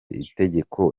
itegeko